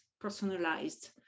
personalized